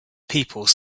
people